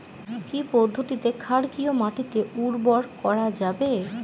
কি পদ্ধতিতে ক্ষারকীয় মাটিকে উর্বর করা যাবে?